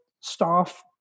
staff